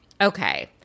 okay